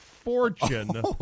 Fortune